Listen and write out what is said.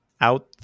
out